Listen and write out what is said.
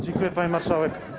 Dziękuję, pani marszałek.